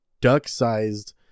duck-sized